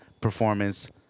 performance